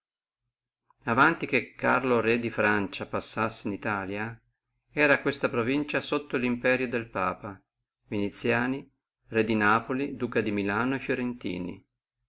avanti che carlo re di francia passassi in italia era questa provincia sotto lo imperio del papa viniziani re di napoli duca di milano e fiorentini